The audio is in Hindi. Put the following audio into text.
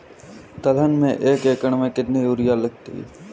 दलहन में एक एकण में कितनी यूरिया लगती है?